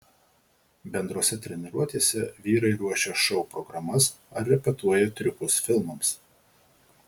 bendrose treniruotėse vyrai ruošia šou programas ar repetuoja triukus filmams